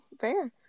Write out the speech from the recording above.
Fair